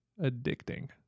addicting